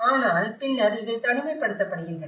ஆனால் பின்னர் இவை தனிமைப்படுத்தப்படுகின்றன